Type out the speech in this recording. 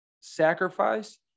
sacrifice